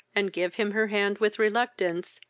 and give him her hand with reluctance,